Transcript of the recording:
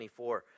24